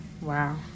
Wow